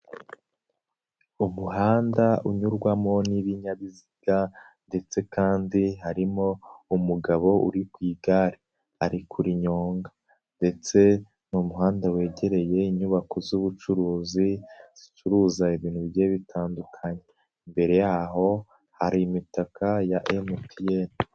Umuhanda unyurwamo n'ibinyabiziga, ndetse kandi harimo umugabo uri ku igare ari kuri nyonga, ndetse n'umuhanda wegereye inyubako z'ubucuruzi zicuruza ibintu bigiye bitandukanye, imbere y'aho hari imitaka ya MTN.